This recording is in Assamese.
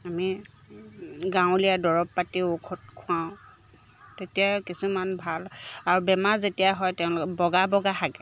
আমি গাঁৱলীয়া দৰৱ পাতি ঔষধ খুৱাওঁ তেতিয়া কিছুমান ভাল আৰু বেমাৰ যেতিয়া হয় তেওঁলোকে বগা বগা শাকে